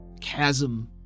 chasm